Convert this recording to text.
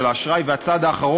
יהיה שקוף כמה אתה שווה.